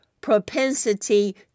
propensity